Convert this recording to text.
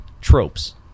Tropes